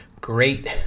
great